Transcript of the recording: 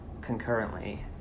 concurrently